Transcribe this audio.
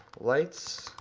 lights,